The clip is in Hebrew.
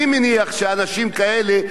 אני מניח שאנשים כאלה,